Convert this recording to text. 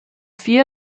vier